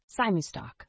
SimuStock